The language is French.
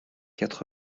quatre